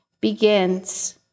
begins